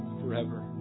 forever